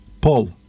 Paul